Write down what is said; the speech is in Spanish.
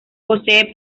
posee